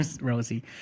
Rosie